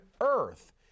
earth